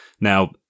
Now